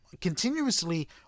continuously